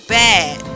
bad